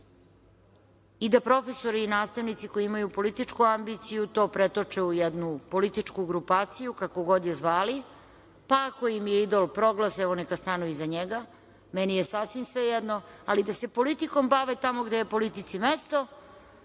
i da profesori i nastavnici koji imaju političku ambiciju to pretoče u jednu političku grupaciju, kako god je zvali, pa ako im je idol Proglas, evo neka stanu iza njega, meni je sasvim svejedno, ali da se politikom bave tamo gde je politici mesto,